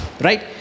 right